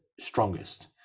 Strongest